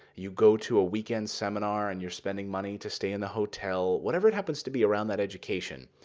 you go to a weekend seminar, and you're spending money to stay in the hotel, whatever it happens to be around that education,